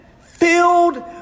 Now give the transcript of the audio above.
filled